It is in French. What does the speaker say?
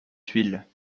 tuiles